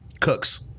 cooks